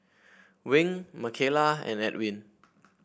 Wing Micayla and Edwin